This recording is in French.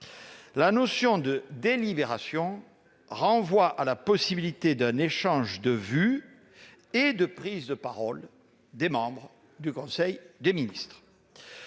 La notion de délibération renvoie à la possibilité d'un échange de vues et de prises de parole des membres du conseil des ministres.